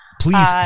Please